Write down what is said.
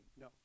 No